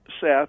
Seth